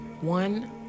one